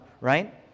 right